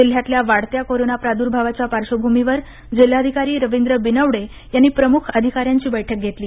जिल्ह्यातल्या वाढत्या कोरोना प्रादुर्भावाचा पार्श्वभूमीवर जिल्हाधिकारी रवींद्र बिनवडे यांनी प्रमुख अधिकाऱ्यांची बैठक घेतली